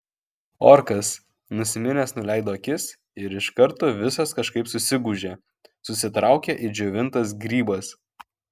orkas nusiminęs nuleido akis ir iš karto visas kažkaip susigūžė susitraukė it džiovintas grybas